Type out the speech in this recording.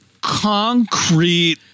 concrete